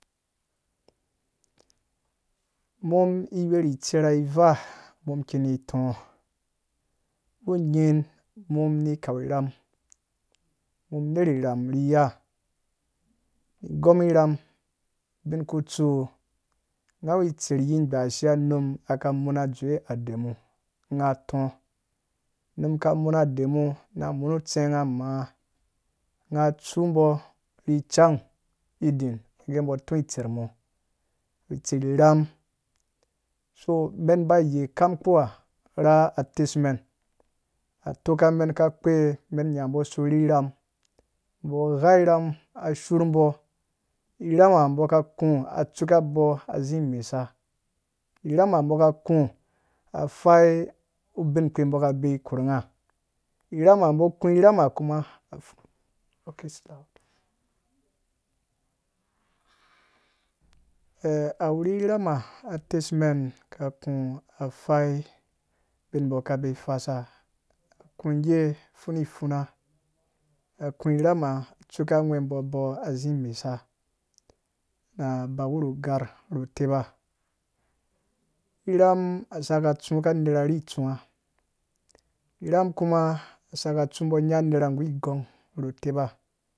Umɔm iwuri tsera vaa mum ri tɔ, u nying mum ri kaurham mum iwu ner rham ri ya i gɔm rham ubin tsu nga wu tser yi kpashia unum aka muna dzewe adamu ngha tɔ. unum aka muna adama na muna tsenga maa, ngha tser bɔ ri cang iin bɔ tser mu tser rham so men bai yei kam kpuwa ra tɛsumen a tokamen ka kpea wuri rham bɔ gha rhama sur bɔ irhama bɔ ka gũ a tsu bɔ azi mɛsa, irhama bɔ ku gũ a fai ubin kpei bɔ ka bee iki korhunaga rhama bɔ gu rhama uma a wuri rhama a tesumen aka gũ fai bin bɔ ka be fasa gũ ge a pfunipfuna na gũ rhama tsuke bɔ azi mɛsa ra ba wurhu ugarh rutepa rham a saka tsii ka nera ti tsuwa rham kuma saka tsu bɔ nya nera gu gɔngru tepar.